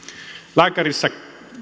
lääkärissä